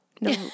no